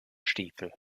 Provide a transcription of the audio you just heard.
stiefel